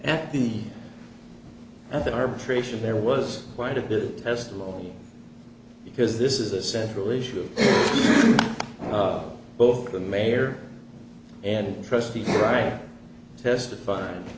act the at the arbitration there was quite a bit of testimony because this is a central issue of both the mayor and trustee right testifying